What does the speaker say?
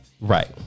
right